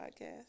Podcast